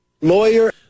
lawyer